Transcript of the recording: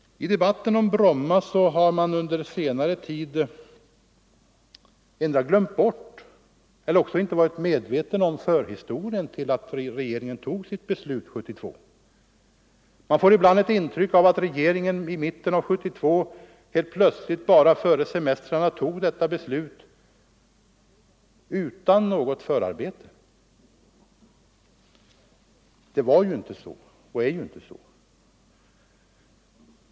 I debatten om Bromma har man under senare tid antingen glömt bort eller varit omedveten om förhistorien till regeringens beslut 1972. Man får ibland ett intryck av att regeringen före semestrarna i mitten av 1972 helt plötsligt och utan något förarbete tog detta beslut. Det var ju inte så.